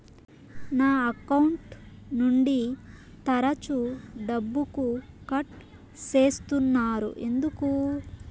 నా అకౌంట్ నుండి తరచు డబ్బుకు కట్ సేస్తున్నారు ఎందుకు